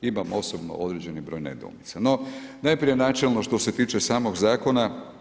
Imam osobno određeni broj nedoumica, no, najprije načelno što se tiče samog zakona.